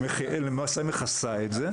שלמעשה מכסה את זה.